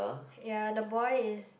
ya the boy is